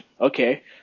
okay